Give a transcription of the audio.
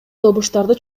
добуштарды